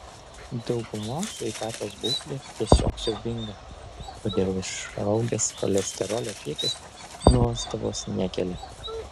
daugumos sveikatos būklė tiesiog siaubinga todėl išaugęs cholesterolio kiekis nuostabos nekelia